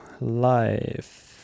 Life